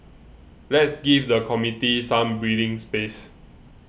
let's give the committee some breathing space